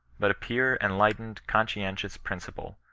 but a pure, enlightened, conscientious principle.